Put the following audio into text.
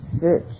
search